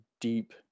deep